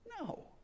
No